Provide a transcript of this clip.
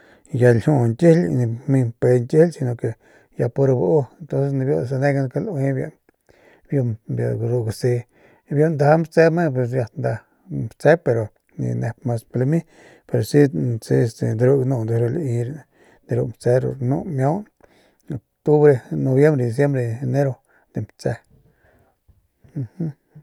Ya ljiu ñkijily ya nip lami mpe ñkijily si no ya puro bau biu sanegan ke laui biu biu ru gusi biu ndaja matse me bi ndaja matse pero ni nep mas pi lami pero si de ru ganu deru lai rumatse de ru rnu miau octubre nobiembre diciembre enero nijiy matse.